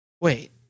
Wait